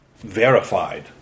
verified